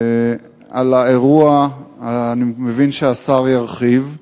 על האירוע אני מבין שהשר ירחיב.